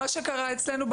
מה שקרה אצלנו,